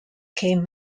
came